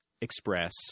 express